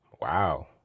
Wow